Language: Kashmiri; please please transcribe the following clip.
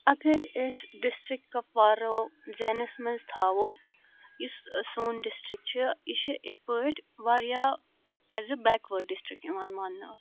اَگَر أسۍ ڈسٹرک کپوارا ذہنَس منٛز تھوو یُس سون ڈِسٹرک چھ یہِ چھِ یِتھ پٲٹھۍ وارِیاہ as a backward district یِوان ماننہٕ